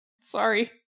sorry